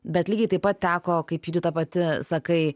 bet lygiai taip pat teko kaip judita pati sakai